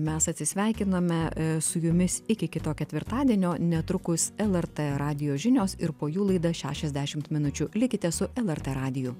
mes atsisveikiname su jumis iki kito ketvirtadienio netrukus lrt radijo žinios ir po jų laida šešiasdešimt minučių likite su lrt radiju